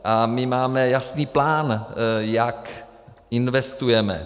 A my máme jasný plán, jak investujeme.